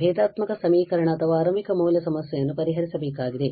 ಭೇದಾತ್ಮಕ ಸಮೀಕರಣ ಅಥವಾ ಆರಂಭಿಕ ಮೌಲ್ಯ ಸಮಸ್ಯೆಯನ್ನು ಪರಿಹರಿಸಬೇಕಾಗಿದೆ